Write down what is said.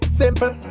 simple